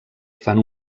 fan